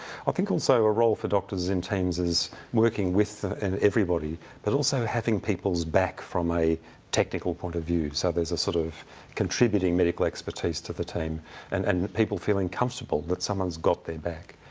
i think also a role for doctors in teams is working with and everybody but also having people's back, from a technical point of view, so there's a sort of contributing medical expertise to the team and and people feeling comfortable that someone's got their back.